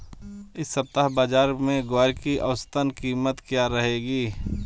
इस सप्ताह बाज़ार में ग्वार की औसतन कीमत क्या रहेगी?